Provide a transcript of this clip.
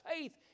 faith